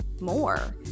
more